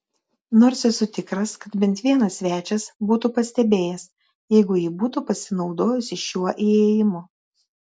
nors esu tikras kad bent vienas svečias būtų pastebėjęs jeigu ji būtų pasinaudojusi šiuo įėjimu